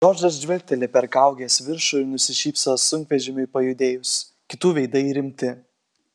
džordžas žvilgteli per kaugės viršų ir nusišypso sunkvežimiui pajudėjus kitų veidai rimti